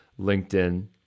LinkedIn